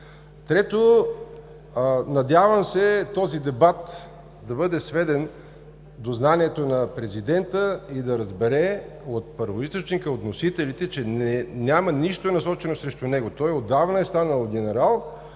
Трето, надявам се този дебат да бъде сведен до знанието на президента и да разбере от първоизточника, от вносителите, че няма нищо насочено срещу него. Той отдавна е станал генерал